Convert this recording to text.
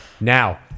Now